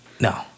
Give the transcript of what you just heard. No